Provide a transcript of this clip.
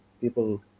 people